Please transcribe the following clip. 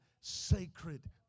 sacred